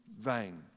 vain